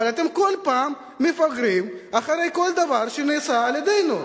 אבל אתם כל פעם מפגרים אחרי כל דבר שנעשה על-ידינו.